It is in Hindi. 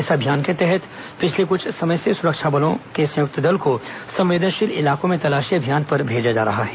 इस अभियान के तहत पिछले कुछ समय से सुरक्षा बलों के संयुक्त दल को संवेदनशील इलाको में तलाशी अभियान पर भेजा जा रहा है